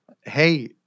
Hey